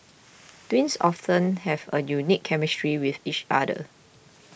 twins often have a unique chemistry with each other